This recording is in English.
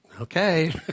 okay